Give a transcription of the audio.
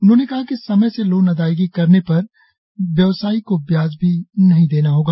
उन्होंने कहा कि समय से लोन अदायगी करने पर व्यवसाय को ब्याज भी नहीं देना पड़ेगा